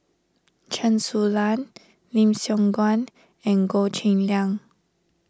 Chen Su Lan Lim Siong Guan and Goh Cheng Liang